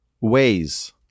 Ways